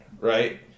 right